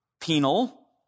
penal